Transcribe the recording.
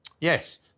Yes